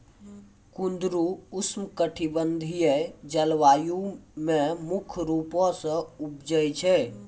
कुंदरु उष्णकटिबंधिय जलवायु मे मुख्य रूपो से उपजै छै